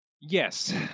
yes